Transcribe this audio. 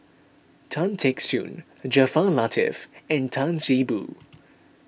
Tan Teck Soon Jaafar Latiff and Tan See Boo